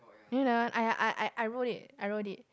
you know I I I I wrote it I wrote it